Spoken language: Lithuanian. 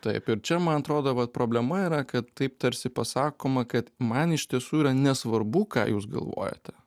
taip ir čia man atrodo va problema yra kad taip tarsi pasakoma kad man iš tiesų yra nesvarbu ką jūs galvojate